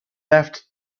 left